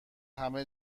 همه